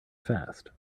fast